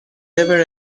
never